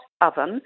oven